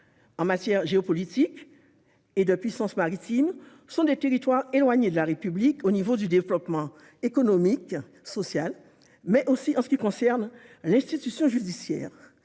en matière de géopolitique et de puissance maritime, sont éloignés de la République en termes de développement économique et social, mais aussi en ce qui concerne l'institution judiciaire.